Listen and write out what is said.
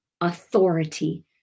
authority